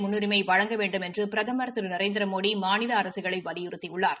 முன்னுரிமை வழங்க வேண்டுமென்று பிரதமர் திரு நரேந்திரமோடி மாநில அரசுகளை வலியுறுத்தியுள்ளார்